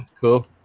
Cool